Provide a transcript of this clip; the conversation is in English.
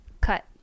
Cut